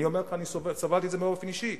אני אומר לך שאני סבלתי מזה באופן אישי.